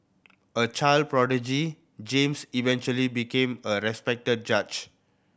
a child prodigy James eventually became a respected judge